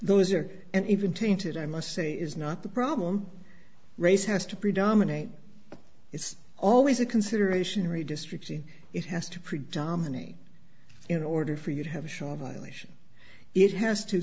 those are and even tainted i must say is not the problem race has to predominate it's always a consideration redistricting it has to predominate in order for you to have a